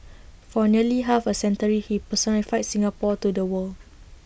for nearly half A century he personified Singapore to the world